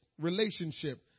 relationship